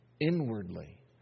inwardly